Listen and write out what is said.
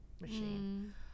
machine